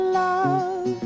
love